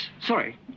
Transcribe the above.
sorry